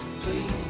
Please